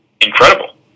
incredible